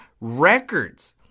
Records